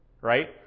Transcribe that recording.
Right